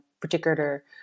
particular